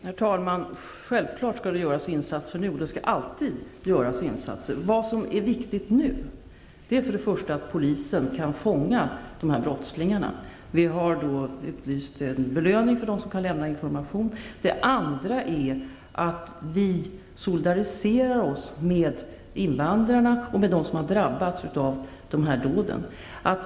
Herr talman! Självklart skall vi göra insatser nu. Det skall alltid göras insatser. Vad som är viktigt nu är för det första att polisen kan fånga dessa brottslingar. Vi har utlyst en belöning till dem som kan lämna information. För det andra solidariserar vi oss med invandrarna och med dem som har drabbats av dessa dåd.